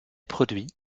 produit